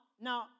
Now